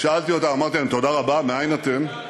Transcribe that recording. אמרתי להם: תודה רבה, מאיִן אתם?